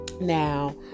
Now